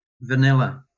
Vanilla